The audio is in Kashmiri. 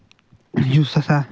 یُس ہسا